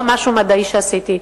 זה לא משהו מדעי שעשיתי.